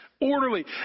Orderly